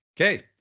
Okay